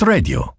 Radio